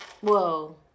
Whoa